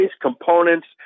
components